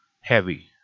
heavy